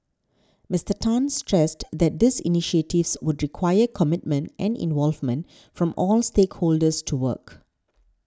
Mister Tan stressed that these initiatives would require commitment and involvement from all stakeholders to work